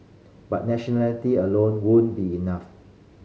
but nationality alone won't be enough